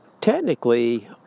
Technically